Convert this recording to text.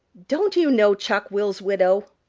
don't you know chuck-will's-widow?